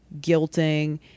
guilting